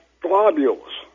globules